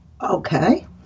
Okay